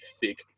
thick